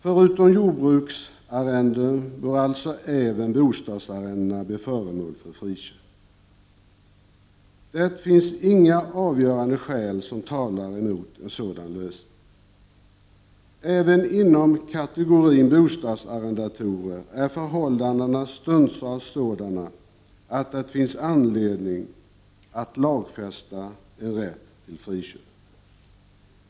Förutom jordbruksarrenden bör alltså även bostadsarrenden bli föremål för friköp. Det finns inga avgörande skäl som talar mot en sådan lösning. Även inom kategorin bostadsarrendatorer är förhållandena stundtals sådana att det finns anledning att lagfästa en rätt till friköp.